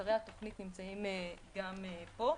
עיקרי התוכנית נמצאים גם פה.